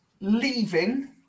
leaving